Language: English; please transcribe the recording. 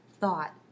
thought